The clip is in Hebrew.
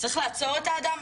צריך לעצור את האדם?